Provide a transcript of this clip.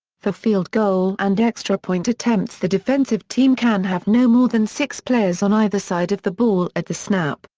for field goal and extra point attempts the defensive team can have no more than six players on either side of the ball at the snap,